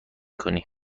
کنی